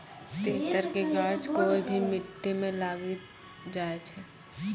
तेतर के गाछ कोय भी मिट्टी मॅ लागी जाय छै